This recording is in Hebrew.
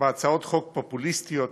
בהצעות חוק פופוליסטיות,